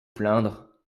plaindre